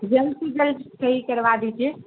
جلد سے جلد صحیح کروا دیجیے